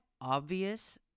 obvious